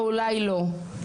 אולי לא,